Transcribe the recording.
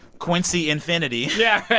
quincy, infinity yeah, right